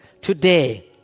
Today